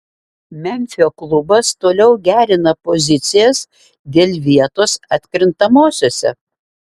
memfio klubas toliau gerina pozicijas dėl vietos atkrintamosiose